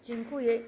Dziękuję.